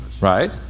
right